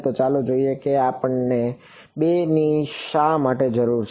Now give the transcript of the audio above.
તો ચાલો જોઈએ કે આપણને 2 ની શા માટે જરૂર છે